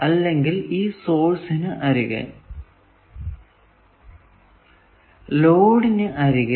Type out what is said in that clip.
അല്ലെങ്കിൽ ഈ സോഴ്സിന് അരികെ ലോഡിന് അരികെ